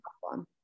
one